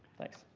thanks,